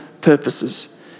purposes